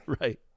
Right